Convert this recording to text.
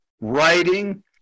writing